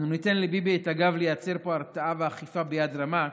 אנו ניתן לביבי את הגב לייצר פה הרתעה ואכיפה ביד רמה,